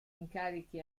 incarichi